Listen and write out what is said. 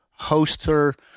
hoster